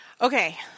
Okay